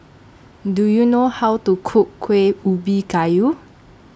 Do YOU know How to Cook Kuih Ubi Kayu